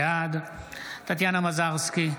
בעד טטיאנה מזרסקי,